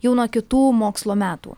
jau nuo kitų mokslo metų